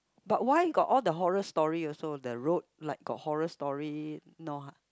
but why got all the horror story also the road like got horror story no ha